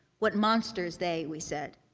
what monsters they, we said.